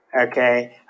Okay